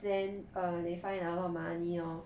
then err they find a lot of money lah